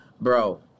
bro